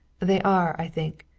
they are, i think,